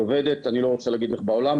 אני לא רוצה להגיד איך בעולם,